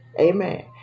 Amen